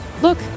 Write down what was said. Look